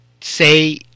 say